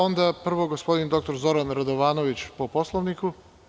Onda prvo gospodin Zoran Radovanović, po Poslovniku.